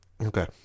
Okay